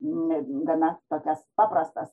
nu gana tokias paprastas